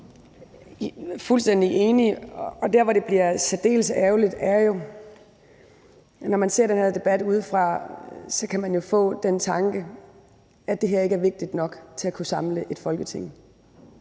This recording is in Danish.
fuldstændig enig, og der, hvor det bliver særdeles ærgerligt, er, når man ser den her debat udefra. Man kan jo få den tanke, at det her ikke er vigtigt nok til at kunne samle et Folketing.